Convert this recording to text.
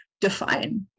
define